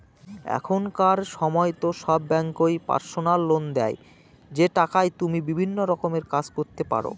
এখনকার সময়তো সব ব্যাঙ্কই পার্সোনাল লোন দেয় যে টাকায় তুমি বিভিন্ন রকমের কাজ করতে পারো